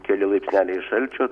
keli laipsneliai šalčio